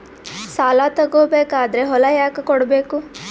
ಸಾಲ ತಗೋ ಬೇಕಾದ್ರೆ ಹೊಲ ಯಾಕ ಕೊಡಬೇಕು?